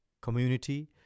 community